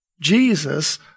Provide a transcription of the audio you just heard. Jesus